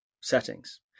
settings